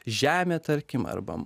žemė tarkim arba